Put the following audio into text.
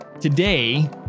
Today